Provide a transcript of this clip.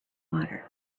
water